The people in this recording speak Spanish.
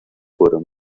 fueron